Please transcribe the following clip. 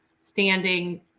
standing